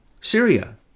Syria